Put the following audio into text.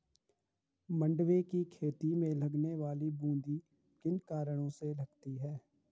मंडुवे की खेती में लगने वाली बूंदी किन कारणों से लगती है?